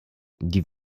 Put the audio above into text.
die